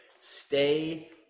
Stay